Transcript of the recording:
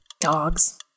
Dogs